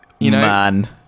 man